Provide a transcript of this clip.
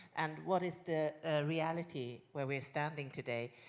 and what is the reality where we are standing today?